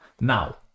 Now